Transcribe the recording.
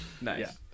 nice